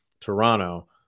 Toronto